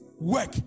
work